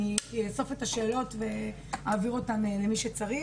אני אאסוף את השאלות ואעביר אותן למי שצריך.